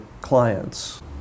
clients